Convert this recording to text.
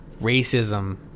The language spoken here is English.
racism